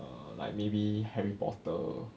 err like maybe harry potter